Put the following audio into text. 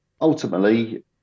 ultimately